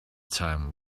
time